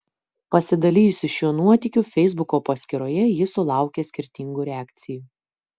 pasidalijusi šiuo nuotykiu feisbuko paskyroje ji sulaukė skirtingų reakcijų